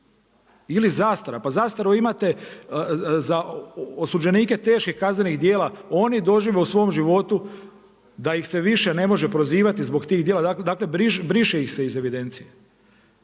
ili zastara. Pa zastaru imate za osuđenike teške kaznenih djela, oni dožive u svom životu da ih se više ne može prozivati zbog tih djela, dakle briše ih se iz evidencije.